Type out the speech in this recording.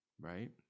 right